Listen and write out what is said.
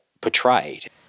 portrayed